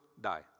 die